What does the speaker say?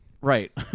Right